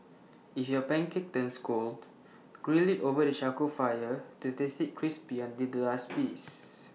if your pancake turns cold grill IT over the charcoal fire to taste IT crispy until the last piece